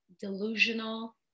delusional